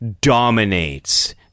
dominates